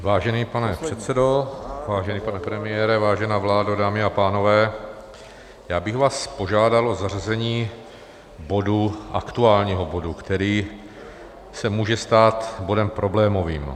Vážený pane předsedo, vážený pane premiére, vážená vládo, dámy a pánové, já bych vás požádal o zařazení aktuálního bodu, který se může stát bodem problémovým.